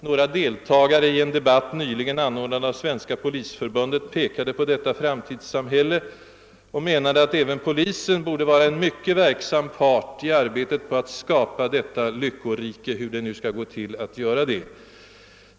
Några deltagare i en debatt nyligen, anordnad av Svenska polisförbundet, pekade nämligen just på detta konfliktfria framtidssamhälle och menade att även polisen borde vara en mycket verksam part i arbetet på att skapa detta lyckorike — hur det nu skall gå till!